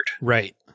Right